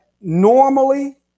normally